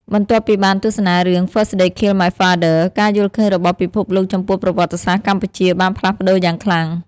បន្ទាប់ពីបានទស្សនារឿង First They Killed My Father ការយល់ឃើញរបស់ពិភពលោកចំពោះប្រវត្តិសាស្ត្រកម្ពុជាបានផ្លាស់ប្ដូរយ៉ាងខ្លាំង។